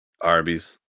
Arby's